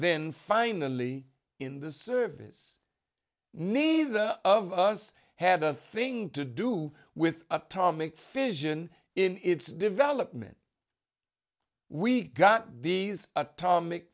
then finally in the service neither of us had a thing to do with atomic fission in its development we got these atomic